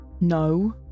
No